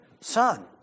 son